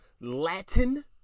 Latin